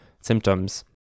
symptoms